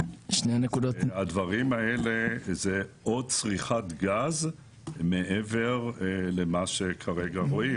הדברים האלה זה עוד צריכת גז מעבר למה שרואים,